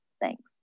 Thanks